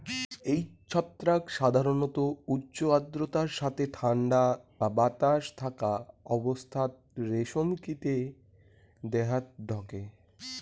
এই ছত্রাক সাধারণত উচ্চ আর্দ্রতার সথে ঠান্ডা বা বাতাস থাকা অবস্থাত রেশম কীটে দেহাত ঢকে